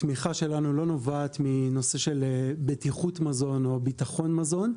שהתמיכה שלנו לא נובעת מנושא של בטיחות מזון או ביטחון מזון,